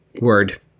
Word